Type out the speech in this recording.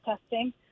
testing